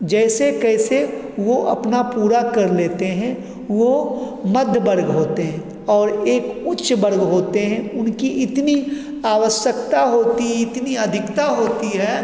जैसे कैसे वह अपना पूरा कर लेते हैं वह मध्य वर्ग होते हैं और एक उच्च वर्ग होते हैं उनकी इतनी आवश्यकता होती है इतनी अधिकता होती है